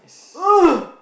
ugh